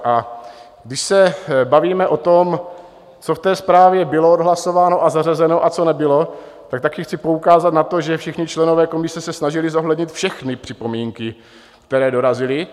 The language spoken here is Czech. A když se bavíme o tom, co ve zprávě bylo odhlasováno a zařazeno a co nebylo, tak také chci poukázat na to, že všichni členové komise se snažili zohlednit všechny připomínky, které dorazily.